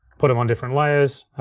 put em on different layers,